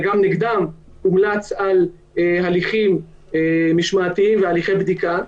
וגם נגדם הומלץ על הליכים משמעתיים והליכי בדיקה.